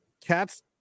cat's